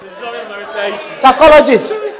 Psychologist